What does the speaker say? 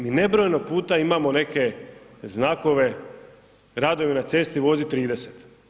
Mi nebrojeno puta imamo neke znakove, radove na cesti vozi 30.